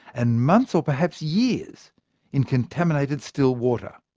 and months or perhaps years in contaminated still water.